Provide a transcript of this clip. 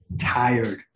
tired